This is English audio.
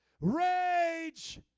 rage